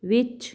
ਵਿੱਚ